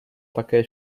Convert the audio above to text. také